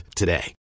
today